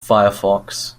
firefox